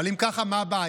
אבל אם ככה, מה הבעיה?